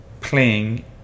playing